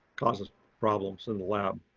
causes problems in the lab.